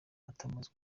atamuzi